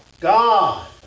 God